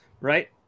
right